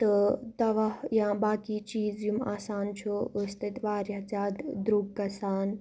تہٕ دوا یا باقٕے چیٖز یِم آسان چھُ أسۍ تَتہِ واریاہ زیادٕ درٛوٚگ گَژھان